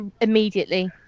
immediately